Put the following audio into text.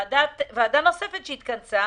ועדה נוספת התכנסה